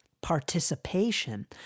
participation